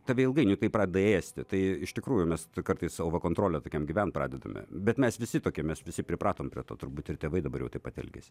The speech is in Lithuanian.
tada ilgainiui tai pradeda ėsti tai iš tikrųjų mes kartais o va kontrole tokiam gyvent pradedame bet mes visi tokie mes visi pripratom prie to turbūt ir tėvai dabar jau taip pat elgiasi